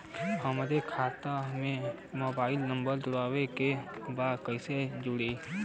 हमारे खाता मे मोबाइल नम्बर जोड़े के बा कैसे जुड़ी?